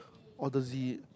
or the Z